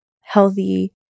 healthy